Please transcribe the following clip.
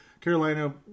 Carolina